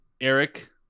Eric